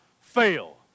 fail